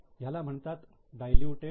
ह्याला म्हणतात डायलूटेड इ